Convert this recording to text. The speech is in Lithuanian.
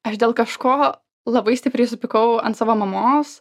aš dėl kažko labai stipriai supykau ant savo mamos